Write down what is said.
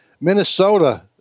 Minnesota